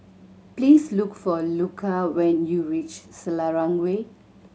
please look for Luca when you reach Selarang Way